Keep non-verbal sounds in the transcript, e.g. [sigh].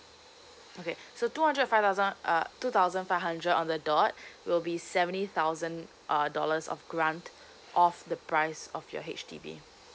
okay so two hundred five thousand uh two thousand five hundred on the dot [breath] will be seventy thousand uh dollars of grant of the price of your H_D_B